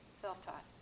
self-taught